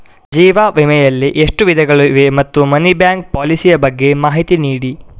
ಜೀವ ವಿಮೆ ಯಲ್ಲಿ ಎಷ್ಟು ವಿಧಗಳು ಇವೆ ಮತ್ತು ಮನಿ ಬ್ಯಾಕ್ ಪಾಲಿಸಿ ಯ ಬಗ್ಗೆ ಮಾಹಿತಿ ನೀಡಿ?